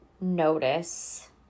notice